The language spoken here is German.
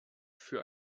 für